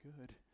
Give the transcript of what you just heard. good